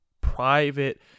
private